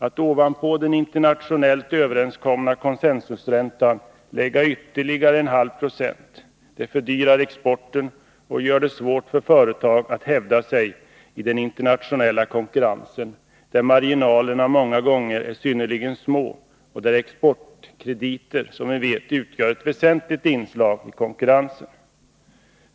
Att ovanpå den internationellt överenskomna räntan, concensusräntan, lägga en halv procent fördyrar exporten och gör det svårt för företag att hävda sig i den internationella konkurrensen, där marginalerna många gånger är synnerligen små och där exportkrediter, som vi vet, utgör ett väsentligt inslag i konkurrensen.